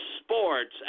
sports